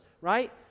right